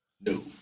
No